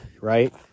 right